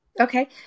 Okay